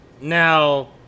Now